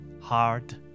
Hard